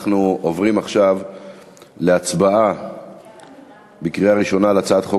אנחנו עוברים עכשיו להצבעה בקריאה ראשונה על הצעת חוק